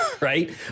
Right